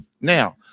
Now